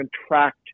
contract